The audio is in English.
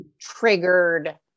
triggered